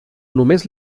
només